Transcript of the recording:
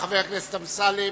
חבר הכנסת אמסלם.